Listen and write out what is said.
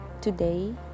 today